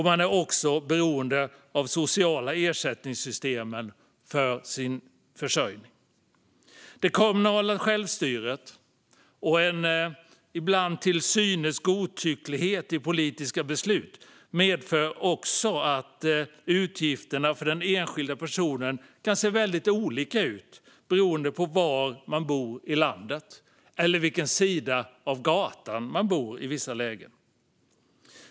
Man är också beroende av de sociala ersättningssystemen för sin försörjning. Det kommunala självstyret och ibland en till synes godtycklighet i politiska beslut medför att också att utgifterna för den enskilde personen kan se väldigt olika ut beroende på var man bor i landet eller på vilken sida av gatan man bor.